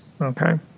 Okay